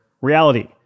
reality